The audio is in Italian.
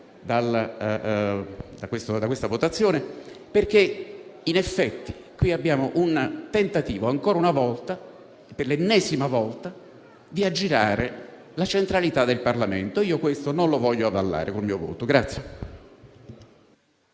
dalla votazione perché, in effetti, qui abbiamo il tentativo, ancora una volta, per l'ennesima volta, di aggirare la centralità del Parlamento e io questo non lo voglio avallare con il mio voto.